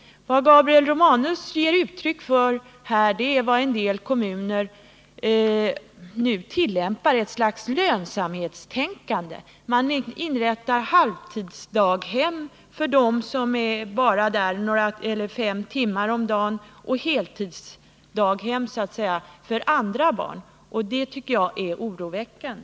Vad Gabriel Romanus här ger uttryck åt är just det som några kommuner tillämpar, ett slags lönsamhetstänkande. Man försöker inrätta ett slags halvtidsdaghem för dem som bara är där kanske fem timmar om dagen och heltidsdaghem för andra barn. Jag tycker att detta är oroväckande.